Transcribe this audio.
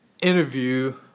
interview